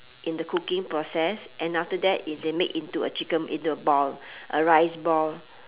in the cooking process and after that is they make into a chicken into a ball a rice ball